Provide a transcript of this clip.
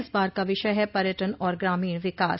इस बार का विषय है पर्यटन और ग्रामीण विकास